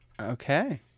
Okay